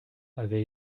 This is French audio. avait